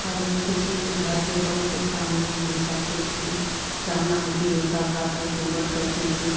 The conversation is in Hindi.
पहले किसी के घर के बड़ों के सामने नहीं जाती थी जाना भी होता था तो घूंघट करती थी